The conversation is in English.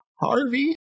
Harvey